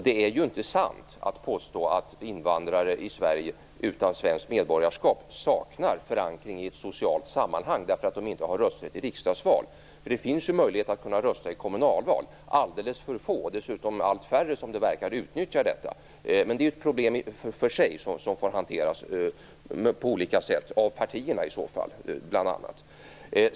Det är ju inte sant att invandrare utan medborgarskap i Sverige saknar förankring i ett socialt sammanhang därför att de inte har rösträtt i riksdagsval. Det finns ju möjligheter att rösta i kommunalval. Alldeles för få, och dessutom allt färre som det verkar, utnyttjar detta. Men det är ju ett problem för sig. Det får hanteras på olika sätt av partierna bl.a.